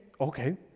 okay